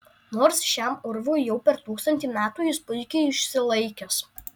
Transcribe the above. nors šiam urvui jau per tūkstantį metų jis puikiai išsilaikęs